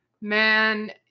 Man